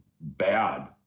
bad